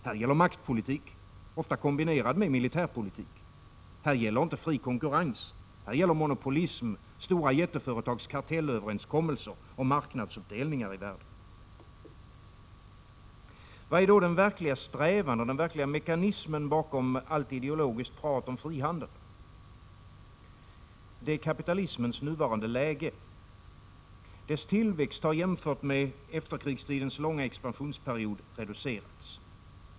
Här gäller maktpolitik, ofta kombinerad med militärpolitik. Här gäller inte fri konkurrens, här gäller monopolism, jätteföretags kartellöverenskommelser och marknadsuppdelningar i världen. Vad är då den verkliga strävan och den verkliga mekanismen bakom allt ideologiskt prat om frihandel? Det är kapitalismens nuvarande läge. Dess tillväxt har jämfört med efterkrigstidens långa expansionsperiod reducerats.